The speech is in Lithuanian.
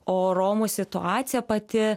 o romų situacija pati